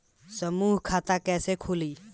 समूह खाता कैसे खुली?